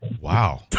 Wow